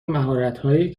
مهارتهایی